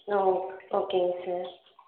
ஆ ஓகேங்க சார்